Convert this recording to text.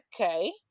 okay